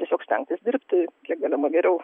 tiesiog stengtis dirbti kiek galima geriau